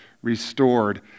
restored